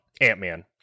ant-man